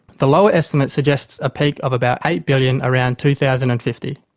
the lower estimate suggests a peak of about eight billion around two thousand and fifty.